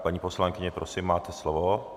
Paní poslankyně, prosím, máte slovo.